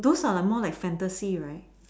those are like more like fantasy right